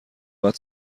بعد